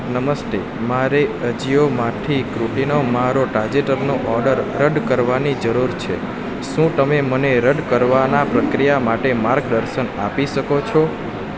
નમસ્તે મારે અજિયોમાંથી કુર્તિનો મારો તાજેતરનો ઓડર રદ કરવાની જરૂર છે શું તમે મને રદ કરવાના પ્રક્રિયા માટે માર્ગદર્શન આપી શકો છો